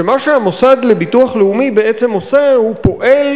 כשמה שהמוסד לביטוח לאומי בעצם עושה, הוא פועל